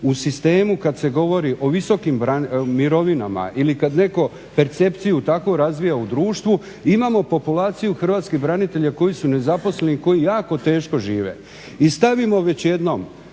u sistemu kad se govori o visokim mirovinama ili kad netko percepciju takvu razvija u društvu imamo populaciju hrvatskih branitelja koji su nezaposleni i koji jako teško žive. I stavimo već jednom